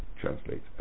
translate